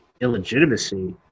illegitimacy